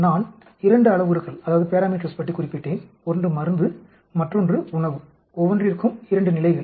நான் 2 அளவுருக்கள் பற்றி குறிப்பிட்டேன் ஒன்று மருந்து மற்றொன்று உணவு ஒவ்வொன்றிற்கும் 2 நிலைகள்